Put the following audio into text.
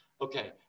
Okay